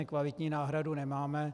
Kvalitní náhradu nemáme.